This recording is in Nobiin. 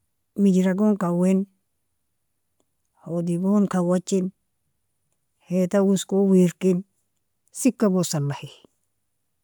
- mejragon, kawin hodigon kawajn, hita oskon wirkin, sikagon salihi.